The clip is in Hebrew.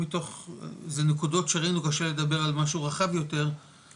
זה נקודות שראינו קשה לדבר על משהו רחב יותר,